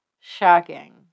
Shocking